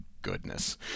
goodness